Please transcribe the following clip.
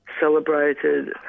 celebrated